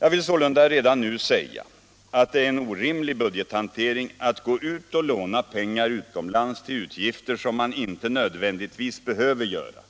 Jag vill sålunda redan nu säga att det är en orimlig budgethantering att gå ut och låna pengar utomlands till utgifter som man inte nödvändigtvis behöver göra